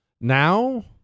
Now